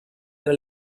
tra